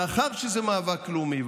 מאחר שזה מאבק לאומי,